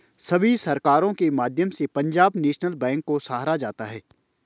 सभी सरकारों के माध्यम से पंजाब नैशनल बैंक को सराहा जाता रहा है